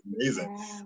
amazing